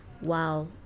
wow